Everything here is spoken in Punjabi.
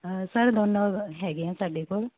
ਸਰ ਦੋਨੋਂ ਹੈਗੇ ਆ ਸਾਡੇ ਕੋਲ